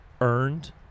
earned